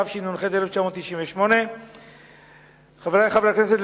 התשנ"ח 1998. חברי חברי הכנסת,